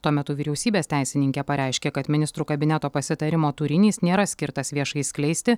tuo metu vyriausybės teisininkė pareiškė kad ministrų kabineto pasitarimo turinys nėra skirtas viešai skleisti